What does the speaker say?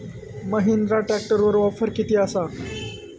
महिंद्रा ट्रॅकटरवर ऑफर किती आसा?